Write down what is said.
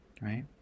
right